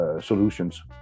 solutions